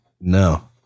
No